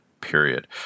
period